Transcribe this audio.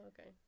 okay